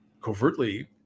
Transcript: covertly